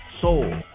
soul